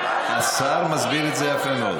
השר מסביר את זה יפה מאוד.